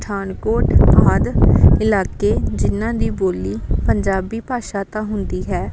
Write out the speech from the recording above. ਪਠਾਨਕੋਟ ਆਦਿ ਇਲਾਕੇ ਜਿਹਨਾਂ ਦੀ ਬੋਲੀ ਪੰਜਾਬੀ ਭਾਸ਼ਾ ਤਾਂ ਹੁੰਦੀ ਹੈ